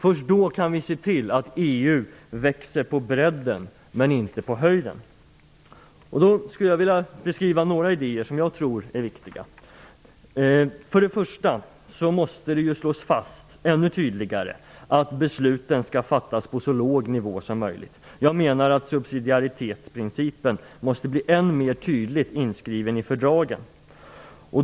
Först då kan vi se till att EU växer på bredden och inte på höjden. Jag vill beskriva några idéer som jag tror är riktiga. För det första måste det ännu tydligare slås fast att besluten skall fattas på så låg nivå som möjligt. Subsidiaritetsprincipen måste bli än mer tydligt inskriven i fördragen.